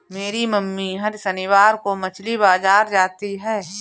मेरी मम्मी हर शनिवार को मछली बाजार जाती है